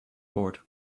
board